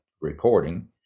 recording